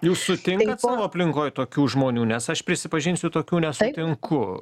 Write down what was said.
jūs sutinkat savo aplinkoj tokių žmonių nes aš prisipažinsiu tokių nesutinku